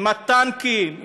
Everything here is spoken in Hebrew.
עם הטנקים,